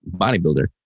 bodybuilder